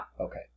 Okay